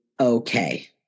okay